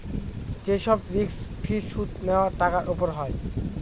যে সব risk free সুদ নেওয়া টাকার উপর হয়